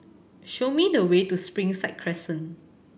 show me the way to Springside Crescent